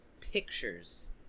pictures